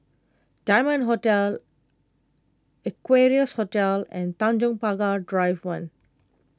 Diamond Hotel Equarius Hotel and Tanjong Pagar Drive one